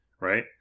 Right